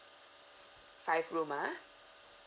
five room ah